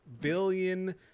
billion